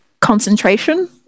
concentration